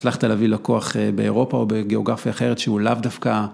הצלחת להביא לקוח באירופה או בגאוגרפיה אחרת שהוא לאו דווקא.